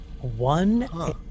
One